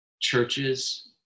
churches